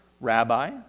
Rabbi